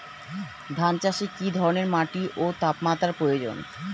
ধান চাষে কী ধরনের মাটি ও তাপমাত্রার প্রয়োজন?